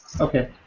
Okay